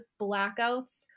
blackouts